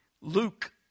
Luke